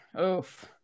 Oof